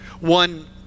One